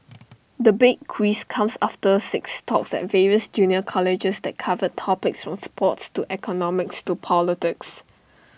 the big quiz comes after six talks at various junior colleges that covered topics from sports to economics to politics